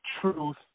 truth